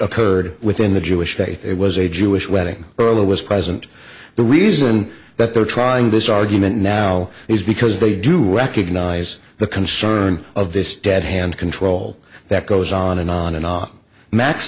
occurred within the jewish faith it was a jewish wedding earlier was present the reason that they're trying this argument now is because they do recognize the concern of this dead hand control that goes on and on and on max